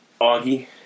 Augie